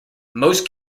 most